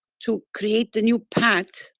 to create the new path,